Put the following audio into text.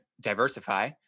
diversify